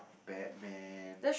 Batman